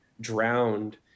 drowned